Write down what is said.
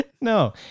No